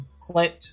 Clint